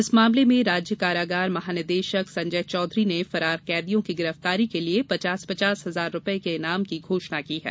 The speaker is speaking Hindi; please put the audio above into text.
इस मामले में राज्य कारागार महानिदेशक संजय चौधरी ने फरार कैदियों की गिरफ्तारी के लिए पचास पचास हजार रुपए के इनाम की घोषणा की है